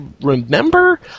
remember